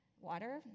water